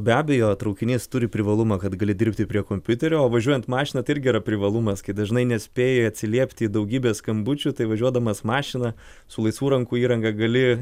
be abejo traukinys turi privalumą kad gali dirbti prie kompiuterio o važiuojant mašina tai irgi yra privalumas kai dažnai nespėji atsiliepti į daugybę skambučių tai važiuodamas mašina su laisvų rankų įranga gali